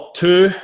two